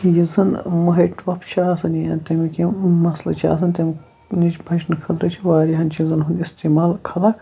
یُس زَن مٔہۍ ٹۄپھ چھِ آسان یا تَمِکۍ یِم مسلہٕ چھِ آسان تَمہِ نِش بَچنہٕ خٲطرٕ چھِ واریاہَن چیٖزَن ہُنٛد اِستعمال خلَق